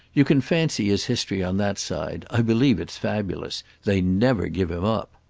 you can fancy his history on that side i believe it's fabulous they never give him up.